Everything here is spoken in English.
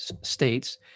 states